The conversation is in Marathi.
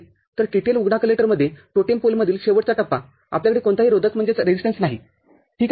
तर TTL उघडा कलेक्टरमध्येटोटेम पोलमधील शेवटचा टप्पा आपल्याकडे कोणताही रोधक नाही ठीक आहे